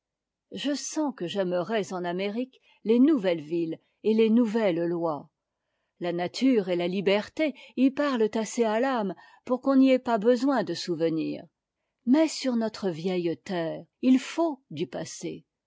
je sens que j'aimerais en amérique les nouvelles villes et les nouvelles lois la nature et la liberté parlent assez y'mà l'âme pour qu'on n'y ait pas besoin de souvenirs mais sur notre vieille terre il faut du passe